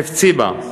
חפציב"ה,